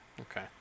Okay